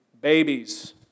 babies